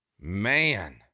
Man